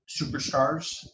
superstars